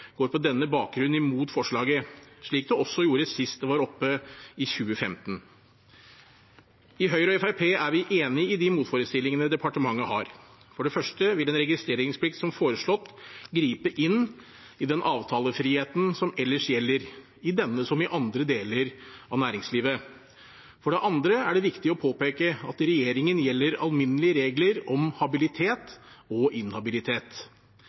går på denne bakgrunn imot forslaget, slik de også gjorde sist det var oppe, i 2015. I Høyre og Fremskrittspartiet er vi enig i de motforestillingene departementet har. For det første vil en registreringsplikt som foreslått gripe inn i den avtalefriheten som ellers gjelder, i denne som i andre deler av næringslivet. For det andre er det viktig å påpeke at i regjeringen gjelder alminnelige regler om habilitet og inhabilitet.